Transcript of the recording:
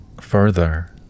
further